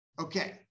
okay